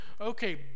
okay